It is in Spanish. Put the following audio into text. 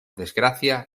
desgracia